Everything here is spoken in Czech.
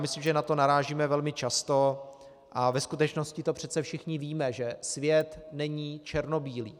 Myslím, že na to narážíme velmi často, a ve skutečnosti to přece všichni víme, že svět není černobílý.